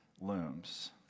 looms